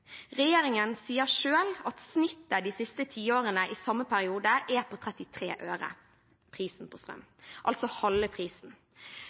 Regjeringen sier selv at snittet på prisen for strøm de siste tiårene i samme periode er på 33 øre, altså halve prisen.